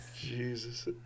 Jesus